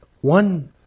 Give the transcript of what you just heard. one